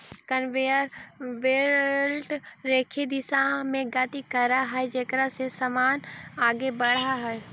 conveyor belt रेखीय दिशा में गति करऽ हई जेकरा से समान आगे बढ़ऽ हई